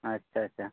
ᱦᱚᱸ ᱦᱮᱸ ᱟᱪᱪᱷᱟᱼᱟᱪᱪᱷᱟ